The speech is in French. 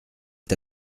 est